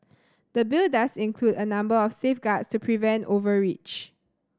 the Bill does include a number of safeguards to prevent overreach